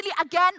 again